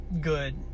good